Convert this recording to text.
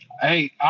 Hey